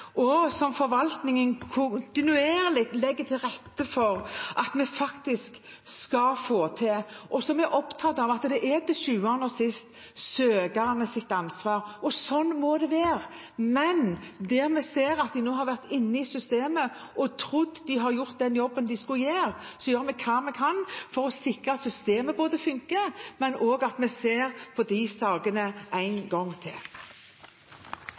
som forvaltningen kontinuerlig legger til rette for at vi faktisk skal få til. Så er vi opptatt av at det til sjuende og sist er søkernes ansvar, og sånn må det være. Men der vi nå ser at de har vært inne i systemet og trodd at de har gjort den jobben de skulle gjøre, gjør vi hva vi kan for å sikre at systemet fungerer, og vi ser på de sakene en gang til.